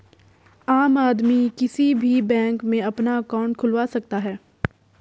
आम आदमी किसी भी बैंक में अपना अंकाउट खुलवा सकता है